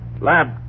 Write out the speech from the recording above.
Lab